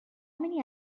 many